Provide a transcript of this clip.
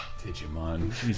Digimon